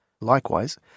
Likewise